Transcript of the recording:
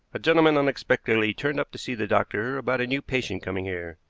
a gentleman unexpectedly turned up to see the doctor about a new patient coming here.